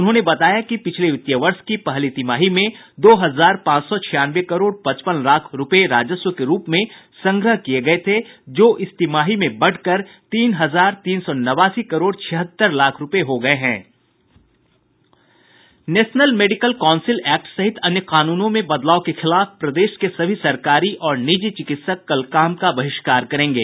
उन्होंने बताया कि पिछले वित्तीय वर्ष की पहली तिमाही में दो हजार पांच सौ छियानवे करोड़ पचपन लाख रूपये राजस्व के रूप में संग्रह किये गये थे जो इस तिमाही में बढ़कर तीन हजार तीन सौ नवासी करोड़ छिहत्तर लाख रूपये हो गये हैं नेशनल मेडिकल काउंसिल एक्ट सहित अन्य कानूनों में बदलाव के खिलाफ प्रदेश के सभी सरकारी और निजी चिकित्सक कल काम का बहिष्कार करेंगे